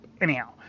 Anyhow